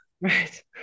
Right